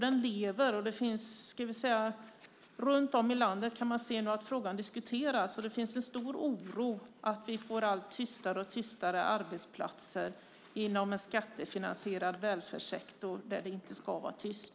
Den lever, och runt om i landet kan man se att frågan diskuteras. Det finns en stor oro för att vi får allt tystare arbetsplatser inom skattefinansierad välfärdssektor, där det inte ska vara tyst.